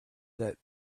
that